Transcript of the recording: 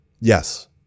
Yes